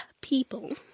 people